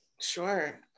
Sure